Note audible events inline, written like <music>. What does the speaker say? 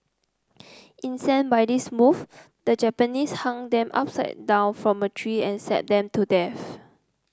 incensed by this move the Japanese hung them upside down from a tree and <unintelligible> them to death